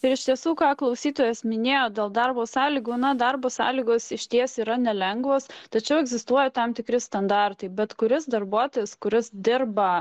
ir iš tiesų ką klausytojas minėjo dėl darbo sąlygų na darbo sąlygos išties yra nelengvos tačiau egzistuoja tam tikri standartai bet kuris darbuotojas kuris dirba